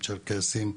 צ'רקסים,